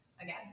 again